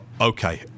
okay